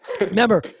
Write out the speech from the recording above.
Remember